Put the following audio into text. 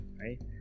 right